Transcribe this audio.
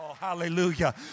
hallelujah